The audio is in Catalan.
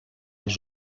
els